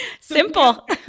simple